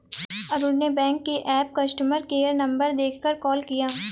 अरुण ने बैंक के app customer care number देखकर कॉल किया